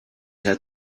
had